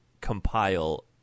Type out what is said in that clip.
compile